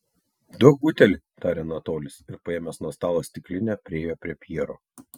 duok butelį tarė anatolis ir paėmęs nuo stalo stiklinę priėjo prie pjero